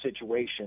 situation